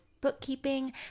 bookkeeping